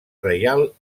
reial